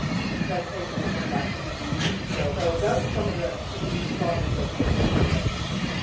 presentation at one of our community meetings so those those are some of the community partners that we're working with at this time.